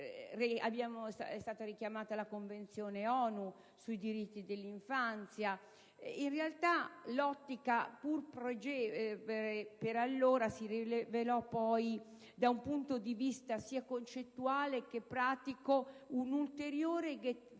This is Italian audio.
È stata richiamata la Convenzione ONU sui diritti dell'infanzia; in realtà, l'ottica, pur pregevole per allora, si rivelò poi, da un punto di vista concettuale e pratico, un'ulteriore